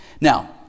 Now